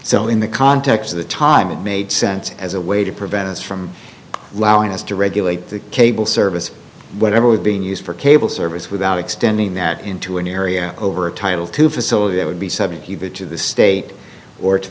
so in the context of the time it made sense as a way to prevent us from laois to regulate the cable service whatever was being used for cable service without extending that into an area over a title to facilitate it would be subject to the state or to